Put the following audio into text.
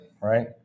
right